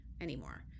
anymore